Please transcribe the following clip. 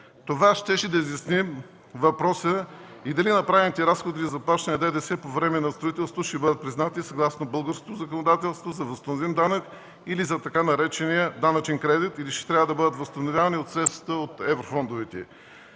Това щеше да изясни въпроса дали направените разходи за плащане на ДДС по време на строителството ще бъдат признати съгласно българското законодателство за възстановим данък или за така наречения „данъчен кредит”, или ще трябва да бъдат възстановявани от еврофондовете.